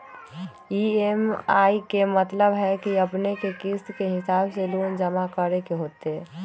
EMI के मतलब है कि अपने के किस्त के हिसाब से लोन जमा करे के होतेई?